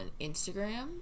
Instagram